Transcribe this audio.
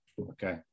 Okay